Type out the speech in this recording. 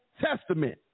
Testament